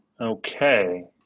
Okay